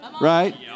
Right